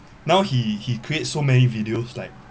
now he he create so many videos like